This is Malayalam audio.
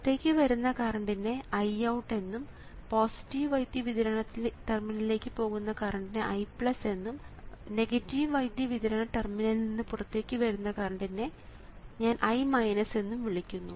പുറത്തേക്ക് വരുന്ന കറണ്ടിനെ Iout എന്നും പോസിറ്റീവ് വൈദ്യുതി വിതരണ ടെർമിനലിലേക്ക് പോകുന്ന കറണ്ടിനെ I എന്നും നെഗറ്റീവ് വൈദ്യുതി വിതരണ ടെർമിനലിൽ നിന്ന് പുറത്തുവരുന്ന കറണ്ടിനെ ഞാൻ I എന്നും വിളിക്കുന്നു